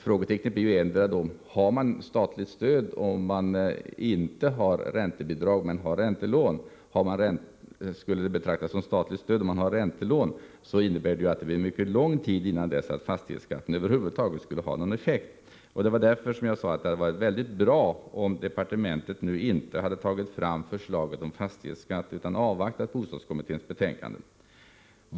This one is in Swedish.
Frågetecknet blir: Har man statligt stöd om man inte har räntebidrag, men väl räntelån? Skulle räntelån betraktas som ett statligt stöd, skulle det dröja mycket länge innan fastighetsskatten har någon effekt. Det hade varit bra om departementet inte tagit fram förslaget om fastighetsskatt, utan avvaktat bostadskommitténs betänkande.